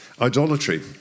Idolatry